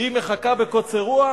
והיא מחכה בקוצר רוח.